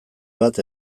bat